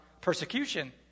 persecution